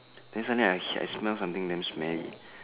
then suddenly I hit and I smell something damn smelly